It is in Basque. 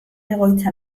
egoitza